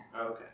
Okay